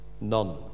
none